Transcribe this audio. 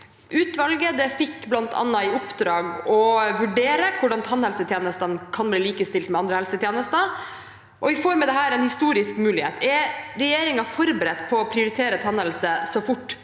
Utvalget fikk blant annet i oppdrag å vurdere hvordan tannhelsetjenestene kan bli likestilt med andre helsetjenester. Vi får med dette en historisk mulighet. Er regjeringa forberedt på å prioritere tannhelse så fort